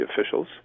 officials